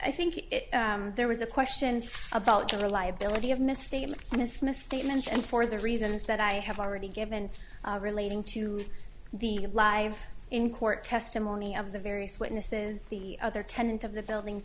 i think there was a question about the reliability of misstatements and dismissed statements and for the reasons that i have already given relating to the live in court testimony of the various witnesses the other tenant of the building